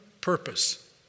purpose